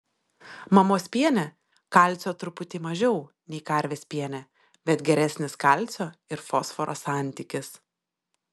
mamos piene kalcio truputį mažiau nei karvės piene bet geresnis kalcio ir fosforo santykis